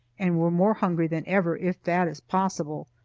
and were more hungry than ever, if that is possible.